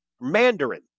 Mandarin